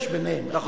יש ביניהם, נכון.